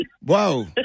whoa